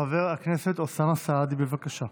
חבר הכנסת אוסאמה סעדי, בבקשה.